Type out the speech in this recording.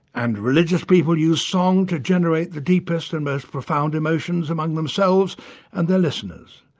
and religious people use song to generate the deepest and most profound emotions among themselves and their listeners.